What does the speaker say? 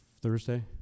Thursday